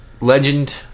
Legend